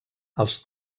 els